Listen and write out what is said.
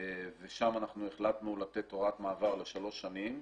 ושם אנחנו החלטנו לתת הוראת מעבר לשלוש שנים.